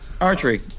archery